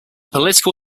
political